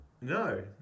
No